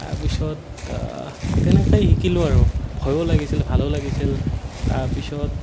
তাৰপিছত তেনেকৈয়ে শিকিলোঁ আৰু ভয়ো লাগিছিল ভালো লাগিছিল তাৰপিছত